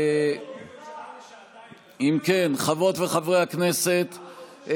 חברות וחברי הכנסת,